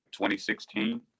2016